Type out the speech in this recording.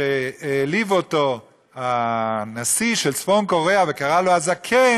שהעליב אותו הנשיא של צפון קוריאה וקרא לו "הזקן",